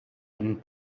been